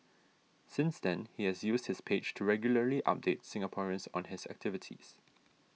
since then he has used his page to regularly update Singaporeans on his activities